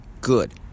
good